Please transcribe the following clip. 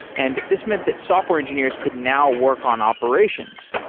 and this meant that software engineers could now work on operations.